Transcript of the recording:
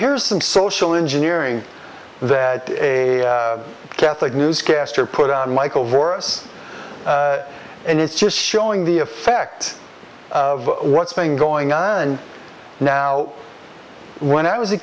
here's some social engineering that a catholic newscaster put on like over us and it's just showing the effect of what's been going on now when i was a